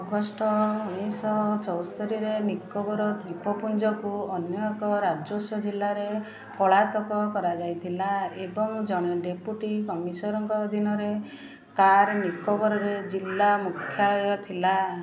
ଅଗଷ୍ଟରେ ଉଣେଇଶଶହ ଚଉସ୍ତୋରି ନିକୋବର ଦ୍ୱୀପପୁଞ୍ଜକୁ ଅନ୍ୟ ଏକ ରାଜସ୍ୱ ଜିଲ୍ଲାରେ ପଳାତକ କରାଯାଇଥିଲା ଏବଂ ଜଣେ ଡେପୁଟି କମିଶନରଙ୍କ ଅଧୀନରେ କାର୍ ନିକୋବରରେ ଜିଲ୍ଲା ମୁଖ୍ୟାଳୟ ଥିଲା